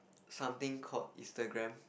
something called Instagram